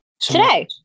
today